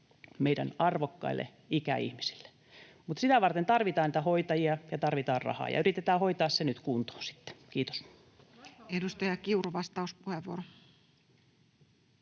meidän arvokkaille ikäihmisille. Mutta sitä varten tarvitaan niitä hoitajia ja tarvitaan rahaa, ja yritetään hoitaa se nyt kuntoon sitten. — Kiitos. Edustaja Kiuru, vastauspuheenvuoro.